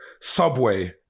Subway